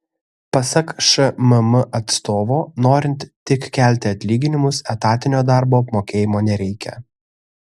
pasak šmm atstovo norint tik kelti atlyginimus etatinio darbo apmokėjimo nereikia